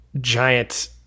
giant